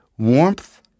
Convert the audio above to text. Warmth